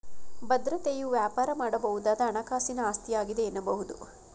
ಭದ್ರತೆಯು ವ್ಯಾಪಾರ ಮಾಡಬಹುದಾದ ಹಣಕಾಸಿನ ಆಸ್ತಿಯಾಗಿದೆ ಎನ್ನಬಹುದು